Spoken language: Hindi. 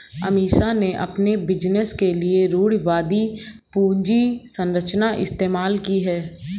अमीषा ने अपने बिजनेस के लिए रूढ़िवादी पूंजी संरचना इस्तेमाल की है